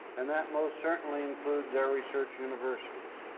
and that most certainly includes our research universities.